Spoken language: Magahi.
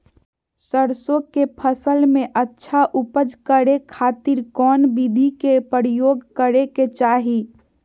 सरसों के फसल में अच्छा उपज करे खातिर कौन विधि के प्रयोग करे के चाही?